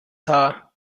haar